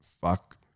fuck